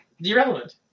Irrelevant